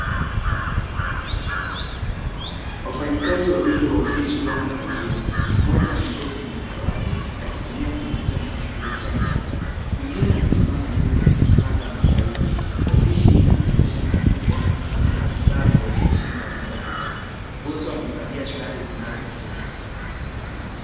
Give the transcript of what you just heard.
Wafanyikazi wawili wa ofisi wamo kazini. Mmoja ameketi kwenye dawati akitumia kompyuta na kushughulikia nyaraka. Mwingine amesimama nyuma akipanga mafaili. Ofisi ina madirisha makubwa na kuna vifaa vya ofisi mbalimbali. Wote wamevalia sare zinazofanana.